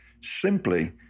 simply